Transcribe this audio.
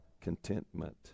contentment